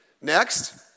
Next